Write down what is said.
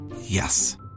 Yes